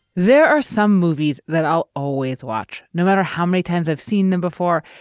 there are some movies that i'll always watch, no matter how many times i've seen them before.